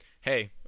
hey